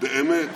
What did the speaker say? באמת